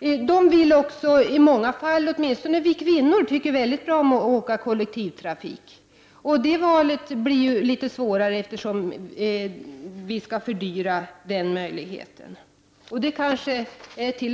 Sedan är det så, att åtminstone vi kvinnor väldigt gärna åker kollektivt. Men det kommer att bli litet svårare att träffa det valet, eftersom det skall bli dyrare att åka kollektivt.